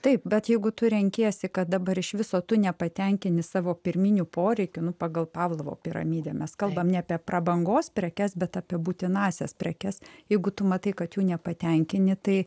taip bet jeigu tu renkiesi kad dabar iš viso tu nepatenkini savo pirminių poreikių nu pagal pavlovo piramidę mes kalbam ne apie prabangos prekes bet apie būtinąsias prekes jeigu tu matai kad jų nepatenkini tai